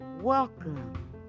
welcome